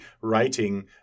writing